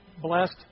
Blessed